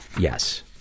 Yes